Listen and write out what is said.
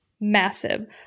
massive